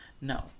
no